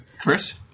Chris